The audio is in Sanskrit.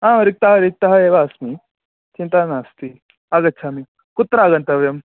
रिक्तः रिक्तः एव अस्मि चिन्ता नास्ति आगच्छामि कुत्र आगन्तव्यं